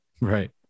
Right